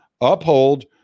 Uphold